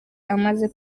amaze